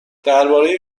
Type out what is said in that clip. درباره